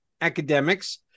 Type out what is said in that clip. academics